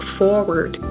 forward